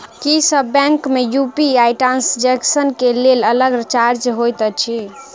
की सब बैंक मे UPI transaction केँ लेल अलग चार्ज होइत अछि?